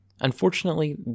Unfortunately